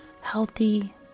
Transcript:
healthy